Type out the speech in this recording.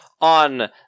on